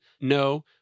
No